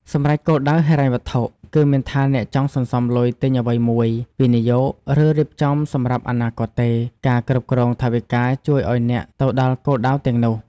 សម្រេចគោលដៅហិរញ្ញវត្ថុគឺ មិនថាអ្នកចង់សន្សំលុយទិញអ្វីមួយ វិនិយោគ ឬរៀបចំសម្រាប់អនាគតទេ ការគ្រប់គ្រងថវិកាជួយឱ្យអ្នកទៅដល់គោលដៅទាំងនោះ។